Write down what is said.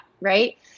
right